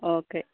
okay